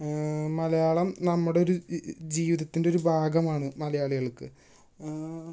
മലയാളം നമ്മുടെ ഒരു ജീവിതത്തിന്റെ ഒരു ഭാഗമാണ് മലയാളികള്ക്ക്